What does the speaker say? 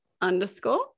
underscore